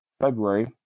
February